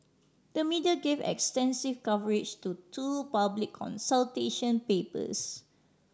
the media gave extensive coverage to two public consultation papers